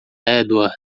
edward